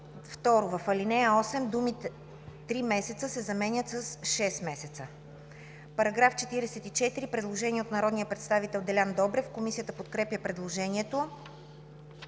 2. В ал. 8 думите „3 месеца” се заменят с „6 месеца”.“ По § 44 има предложение от народния представител Делян Добрев. Комисията подкрепя предложението.